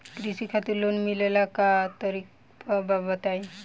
कृषि खातिर लोन मिले ला का करि तनि बताई?